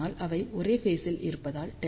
ஆனால் அவை ஒரே ஃபேஸ் ல் இருப்பதால் δ 0